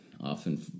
often